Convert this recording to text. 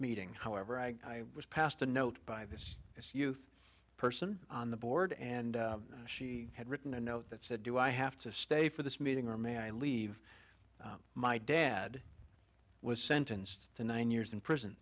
meeting however i was passed a note by this this youth person on the board and she had written a note that said do i have to stay for this meeting or may i leave my dad was sentenced to nine years in prison